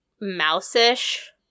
mouse-ish